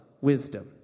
wisdom